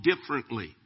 differently